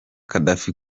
gaddafi